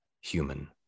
human